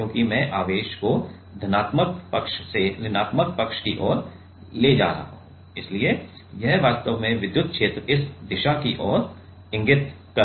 क्योंकि मैं आवेश को धनात्मक पक्ष से ऋणात्मक पक्ष की ओर ले जा रहा हूँ इसलिए यह वास्तव में विद्युत क्षेत्र इस दिशा की ओर इंगित कर रहा है